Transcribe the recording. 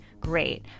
great